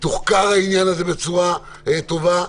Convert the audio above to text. יתוחקר בעניין הזה בצורה טובה,